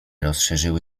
rozszerzyły